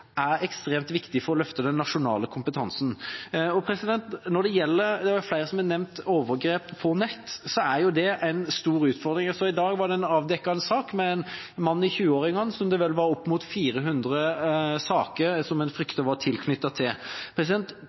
er ekstremt viktig for å løfte den nasjonale kompetansen. Det er flere som har nevnt overgrep på nett. Det er en stor utfordring. Jeg så i dag at det var avdekket en sak om en mann i 20-årene som en fryktet var tilknyttet opp mot 400 saker.